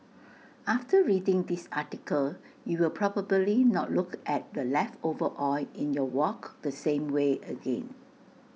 after reading this article you will probably not look at the leftover oil in your wok the same way again